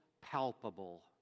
palpable